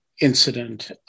incident